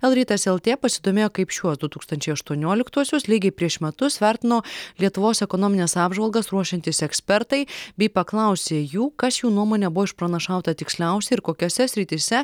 lrytas lt pasidomėjo kaip šiuos du tūkstančiai aštuonioliktuosius lygiai prieš metus vertino lietuvos ekonomines apžvalgas ruošiantys ekspertai bei paklausė jų kas jų nuomone buvo išpranašauta tiksliausiai ir kokiose srityse